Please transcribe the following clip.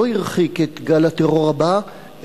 לא הרחיק את גל הטרור הבא,